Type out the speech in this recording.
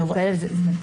הפער מצטמצם.